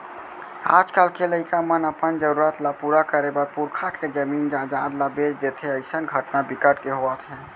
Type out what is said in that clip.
आजकाल के लइका मन अपन जरूरत ल पूरा करे बर पुरखा के जमीन जयजाद ल बेच देथे अइसन घटना बिकट के होवत हे